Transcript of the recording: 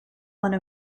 one